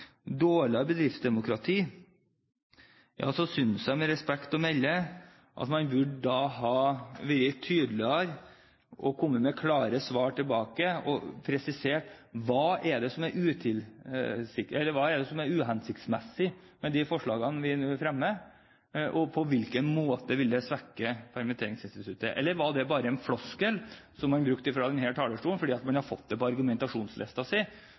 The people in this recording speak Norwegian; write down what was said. dårligere bedriftsdemokrati, synes jeg med respekt å melde at man burde være tydeligere og komme med klare svar tilbake og presisere hva det er som er uhensiktsmessig med de forslagene vi nå fremmer, og på hvilken måte det vil svekke permitteringsinstituttet. Eller var det bare en floskel som man brukte fra denne talerstolen, fordi man har fått det på